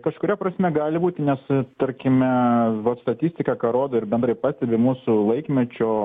kažkuria prasme gali būti nes tarkime vo statistika ką rodo ir bendrai pastebi mūsų laikmečio